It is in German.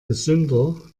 gesünder